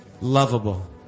lovable